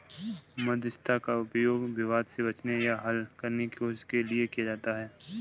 मध्यस्थता का उपयोग विवाद से बचने या हल करने की कोशिश के लिए किया जाता हैं